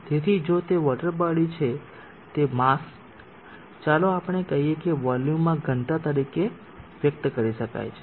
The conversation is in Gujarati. તેથી જો તે વોટર બોડી છેતે માસ ચાલો આપણે કહીએ કે વોલ્યુમમાં ઘનતા તરીકે વ્યક્ત કરી શકાય છે